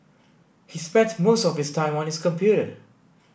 he spent most of his time on his computer